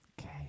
Okay